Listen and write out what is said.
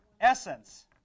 Essence